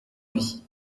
vie